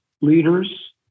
leaders